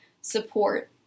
support